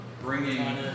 Bringing